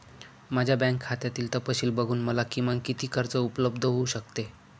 माझ्या बँक खात्यातील तपशील बघून मला किमान किती कर्ज उपलब्ध होऊ शकते?